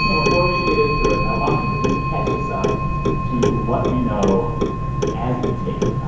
before we get into it, i want you to just catch us up to what we know as we tape.